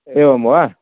एवं वा